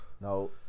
No